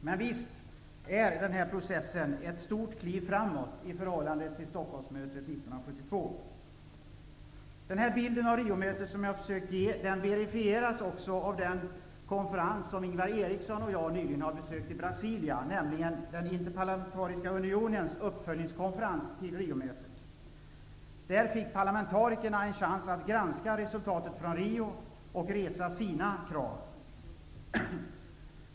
Men visst är den här processen ett stort kliv framåt i förhållande till Stockholmsmötet 1972. Den bild av Riomötet som jag här försökt ge verifieras också av den konferens i Brasilia som Interparlamentariska unionens konferens för uppföljning av Riomötet. Vid denna konferens fick parlamentarikerna en chans att granska resultaten av Riokonferensen och framställa sina krav.